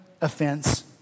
offense